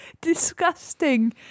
disgusting